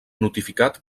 notificat